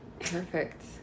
Perfect